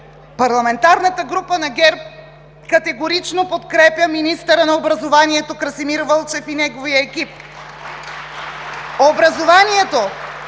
Парламентарната група на ГЕРБ категорично подкрепя министъра на образованието Красимир Вълчев и неговия екип. (Ръкопляскания